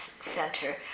center